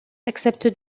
accepte